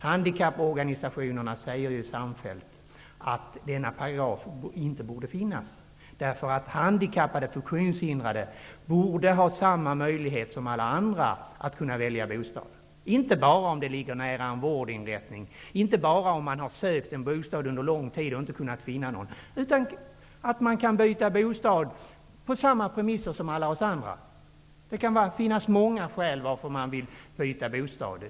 Handikapporganisationerna säger samfällt att denna paragraf inte borde finnas, därför att funktionshindrade människor borde ha samma möjlighet som alla andra att välja bostad, inte bara om den ligger nära en vårdinrättning, inte bara om man har sökt en bostad under lång tid och inte kunnat finna någon, utan att funktionshindrade skall kunna byta bostad på samma premisser som alla vi andra. Det kan finnas många skäl till att man vill byta bostad.